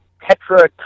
Petra